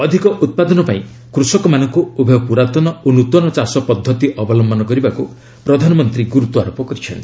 ଅଧିକ ଉତ୍ପାଦନ ପାଇଁ କୃଷକମାନଙ୍କୁ ଉଭୟ ପୁରାତନ ଓ ନୃତନ ଚାଷ ପଦ୍ଧତି ଅବଲମ୍ଭନ କରିବାକୁ ପ୍ରଧାନମନ୍ତ୍ରୀ ଗୁରୁତ୍ୱାରୋପ କରିଚ୍ଛନ୍ତି